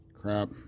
crap